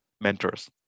mentors